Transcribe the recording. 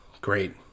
Great